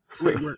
Wait